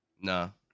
No